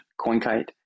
CoinKite